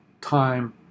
time